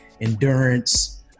endurance